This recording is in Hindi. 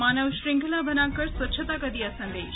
मानव श्रंखला बनाकर स्वच्छता का दिया संदेश